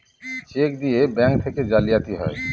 check দিয়ে bank থেকে জালিয়াতি হয়